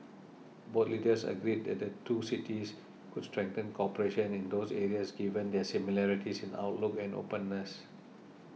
both leaders agreed that the two cities could strengthen cooperation in those areas given their similarities in outlook and openness